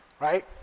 right